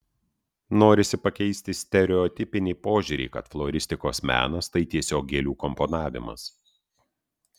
norisi pakeisti stereotipinį požiūrį kad floristikos menas tai tiesiog gėlių komponavimas